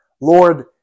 Lord